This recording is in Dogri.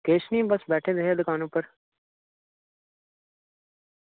किश निं बस बैठे दे हे दुकान उप्पर